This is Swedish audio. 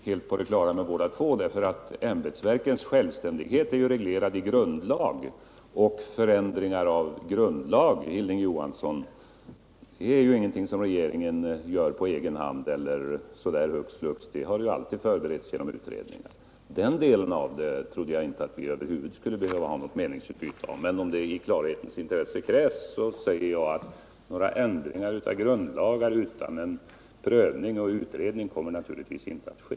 Herr talman! Detta trodde jag att vi var helt på det klara med båda två. Ämbetsverkens självständighet är ju reglerad i grundlag, och förändring av grundlag, Hilding Johansson, är ingenting som regeringen gör på egen hand eller hux flux. Sådana ändringar har alltid förberetts genom utredningar. Den delen trodde jag inte att vi över huvud skulle behöva ha något meningsutbyte om. Men om det i klarhetens intresse krävs, så säger jag att några ändringar av grundlag utan prövning och utredning kommer naturligtvis inte att ske.